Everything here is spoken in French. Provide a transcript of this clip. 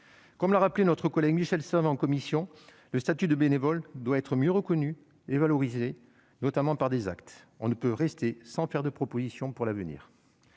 Comme l'a rappelé notre collègue Michel Savin en commission, le statut de bénévole doit être mieux reconnu et valorisé, notamment par des actes. On ne peut en rester là, sans faire de proposition pour l'avenir.